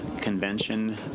convention